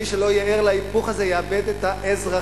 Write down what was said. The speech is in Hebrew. ומי שלא יהיה ער להיפוך הזה, יאבד את האזרחים.